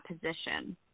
position